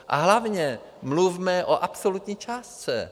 A hlavně mluvme o absolutní částce.